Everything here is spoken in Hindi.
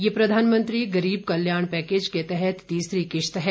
यह प्रधानमंत्री गरीब कल्याण पैकेज के तहत तीसरी किस्त है